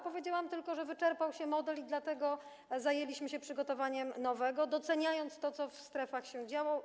Powiedziałam tylko, że wyczerpał się model, dlatego zajęliśmy się przygotowaniem nowego, doceniając to, co w strefach się działo.